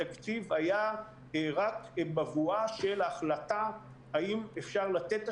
התקציב היה רק בבואה של החלטה האם אפשר לתת את